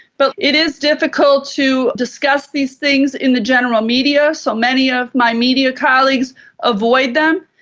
but it is difficult to discuss these things in the general media. so many of my media colleagues avoid them,